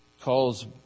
calls